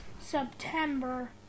September